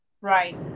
right